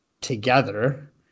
together